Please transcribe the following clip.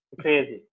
crazy